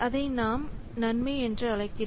அதை நாம் நன்மை என்று அழைக்கிறோம்